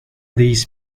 these